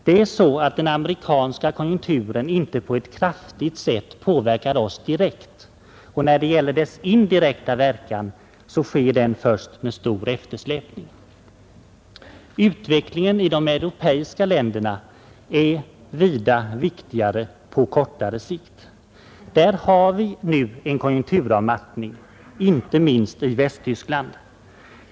Det är så att den amerikanska konjunkturen inte på ett kraftigt sätt påverkar oss direkt, och dess indirekta verkan sker först med stor eftersläpning. Utvecklingen i de europeiska länderna är vida viktigare på kortare sikt. Där har vi nu en konjunkturavmattning, inte minst i Västtyskland.